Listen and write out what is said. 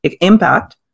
impact